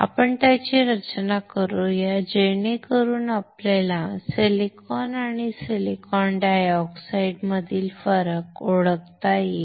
आपण त्याची रचना करूया जेणेकरून आपल्याला सिलिकॉन आणि सिलिकॉन डायऑक्साइडमधील फरक ओळखता येईल